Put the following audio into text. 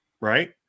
right